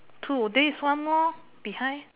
two there is one more behind